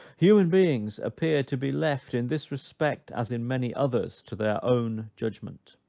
human beings appear to be left in this respect, as in many others, to their own judgment.